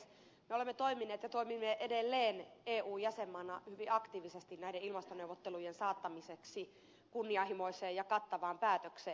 me olemme toimineet ja toimimme edelleen eu jäsenmaana hyvin aktiivisesti näiden ilmastoneuvottelujen saattamiseksi kunnianhimoiseen ja kattavaan päätökseen